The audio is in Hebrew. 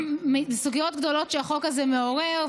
סוגיות גדולות שהחוק הזה מעורר,